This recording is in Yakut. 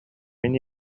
мин